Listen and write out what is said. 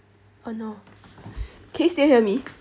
oh no can you still hear me